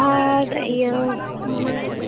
ᱟᱨ ᱤᱭᱟᱹ ᱢᱟᱱᱮ